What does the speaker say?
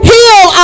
Heal